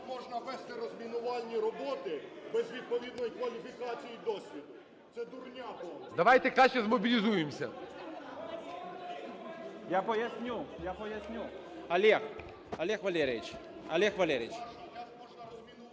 Давайте краще змобілізуємося!